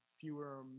fewer